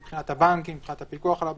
מבחינת הבנקים, מבחינת הפיקוח על הבנקים,